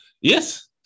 Yes